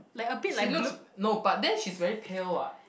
she looks no but then she's very pale what